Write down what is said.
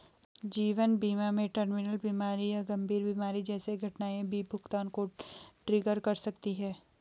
जीवन बीमा में टर्मिनल बीमारी या गंभीर बीमारी जैसी घटनाएं भी भुगतान को ट्रिगर कर सकती हैं